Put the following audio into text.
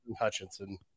Hutchinson